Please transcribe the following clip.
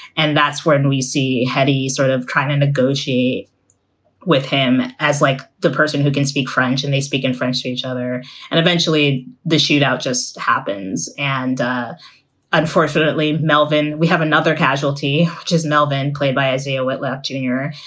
and that's when we see how do you sort of trying to negotiate with him as like the person who can speak french and they speak in french to each other and eventually the shootout just happens. and unfortunately, melvin, we have another casualty, which is melvin, played by isaiah whitlock jr.